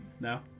no